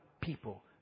people